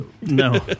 no